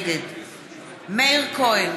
נגד מאיר כהן,